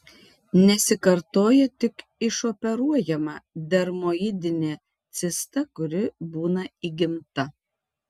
nesikartoja tik išoperuojama dermoidinė cista kuri būna įgimta